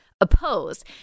oppose